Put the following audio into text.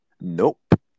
Nope